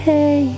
Hey